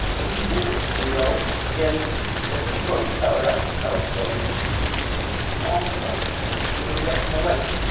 what do you do? you know and as a storyteller, i can tell stories all my life. you know, the rest of my life.